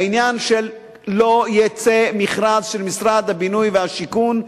העניין של לא יֵצא מכרז של משרד הבינוי והשיכון,